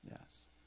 yes